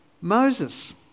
Moses